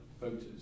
voters